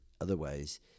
Otherwise